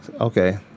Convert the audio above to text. Okay